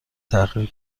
تحقیر